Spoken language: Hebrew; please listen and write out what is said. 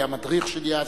הוא היה המדריך שלי אז,